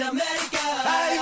America